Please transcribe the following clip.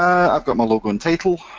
i've got my logo and title,